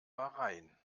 bahrain